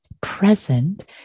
present